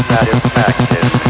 Satisfaction